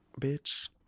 Bitch